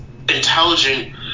intelligent